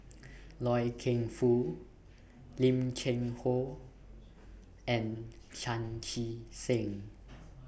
Loy Keng Foo Lim Cheng Hoe and Chan Chee Seng